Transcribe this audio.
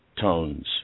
tones